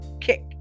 kick